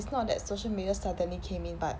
it's not that social media suddenly came in but